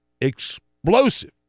explosive